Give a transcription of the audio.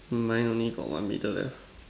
mine only got one middle left